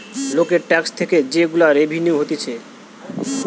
লোকের ট্যাক্স থেকে যে গুলা রেভিনিউ হতিছে